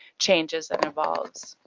changes and evolves.